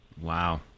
Wow